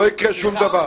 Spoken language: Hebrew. לא יקרה שום דבר.